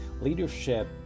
leadership